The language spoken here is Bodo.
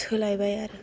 सोलायबाय आरो